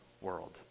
world